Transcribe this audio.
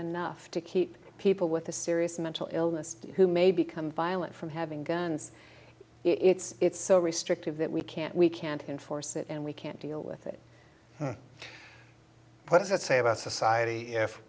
enough to keep people with a serious mental illness who may become violent from having guns it's so restrictive that we can't we can't enforce it and we can't deal with it what does that say about society